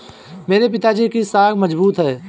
मेरे पिताजी की साख मजबूत है